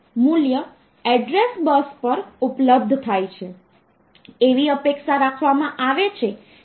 તેથી આ તે અંકો છે જે આપણી પાસે હેકઝાડેસિમલ નંબર સિસ્ટમમાં છે આ રીતે તમે વિચારી શકો છો